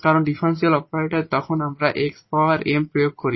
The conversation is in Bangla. কারণ ডিফারেনশিয়াল অপারেটর যখন আমরা x পাওয়ার m প্রয়োগ করি